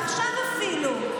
עכשיו אפילו,